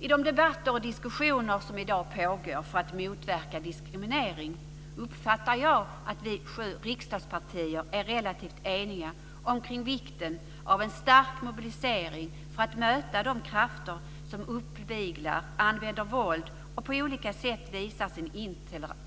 I de debatter och diskussioner som i dag pågår för att motverka diskriminering uppfattar jag att de sju riksdagspartierna är relativt eniga omkring vikten av en stark mobilisering för att möta de krafter som uppviglar, använder våld och på olika sätt visar sin